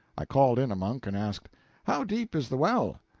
i called in a monk and asked how deep is the well?